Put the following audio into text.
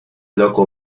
loco